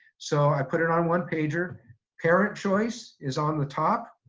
so i put it on one-pager. parent choice is on the top,